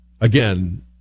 again